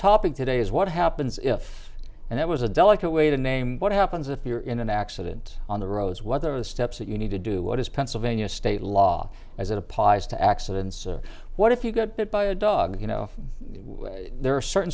topic today is what happens if and that was a delicate way to name what happens if you're in an accident on the roads whether the steps that you need to do what is pennsylvania state law as it applies to accidents or what if you got hit by a dog you know there are certain